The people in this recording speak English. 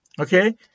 Okay